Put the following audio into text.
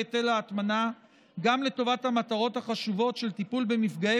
היטל ההטמנה גם לטובת המטרות החשובות של טיפול במפגעי